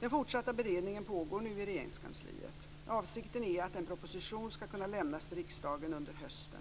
Den fortsatta beredningen pågår nu i Regeringskansliet. Avsikten är att en proposition skall kunna lämnas till riksdagen under hösten.